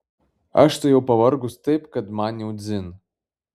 aš tai jau pavargus taip kad man jau dzin